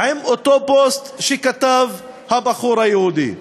עם אותו פוסט שכתב הבחור היהודי.